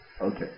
Okay